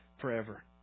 forever